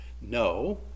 No